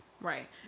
Right